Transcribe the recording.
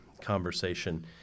conversation